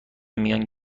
میان